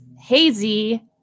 hazy